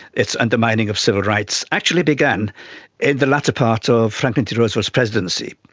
its undermining of civil rights actually began in the latter part of franklin d roosevelt's presidency,